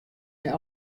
nei